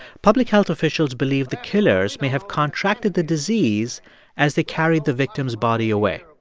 public health officials believe the killers may have contracted the disease as they carried the victim's body away.